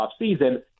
offseason